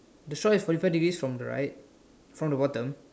the straw is for people to use from the right from the bottom